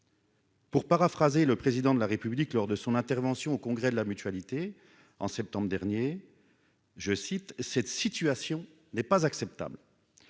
Pour paraphraser le président de la République lors de son intervention au congrès de la Mutualité, en septembre dernier, je cite, cette situation n'est pas acceptable,